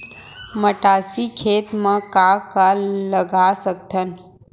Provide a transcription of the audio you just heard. मटासी खेत म का का लगा सकथन?